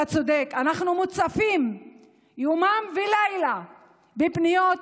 אתה צודק, אנחנו מוצפים יומם ולילה בפניות